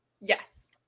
Yes